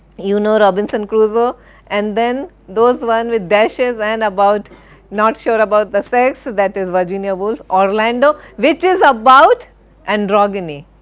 you know robinson crusoe and then those one with dashes and about not sure about the sex, that is virginia woolf, orlando which is about androgyny.